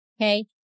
okay